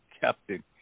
captain